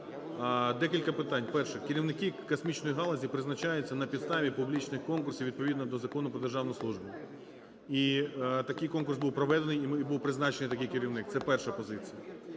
Декілька питань. Перше. Керівники космічної галузі призначаються на підставі публічних конкурсів відповідно до Закону "Про державну службу". І такий конкурс був проведений, і був призначений такий керівник. Це перша позиція.